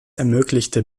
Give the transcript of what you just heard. ermöglichte